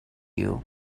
you